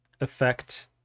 effect